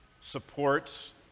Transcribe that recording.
supports